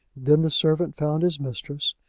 then the servant found his mistress,